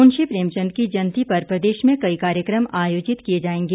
मुंशी प्रेम चंद की जयंती पर प्रदेश में कई कार्यक्रम आयोजित किए जाएंगे